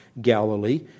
Galilee